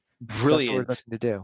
Brilliant